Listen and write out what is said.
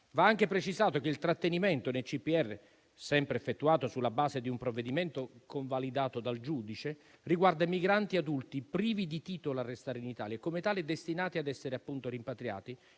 Va anche precisato che il trattenimento nei CPR, sempre effettuato sulla base di un provvedimento convalidato dal giudice, riguarda i migranti adulti privi di titolo a restare in Italia e, come tali, destinati ad essere appunto rimpatriati,